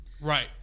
right